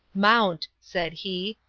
mount, said he,